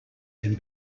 can